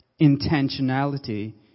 intentionality